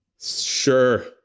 Sure